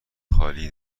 خالی